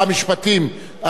אתם מבקשים להצביע?